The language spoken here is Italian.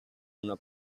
una